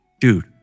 Dude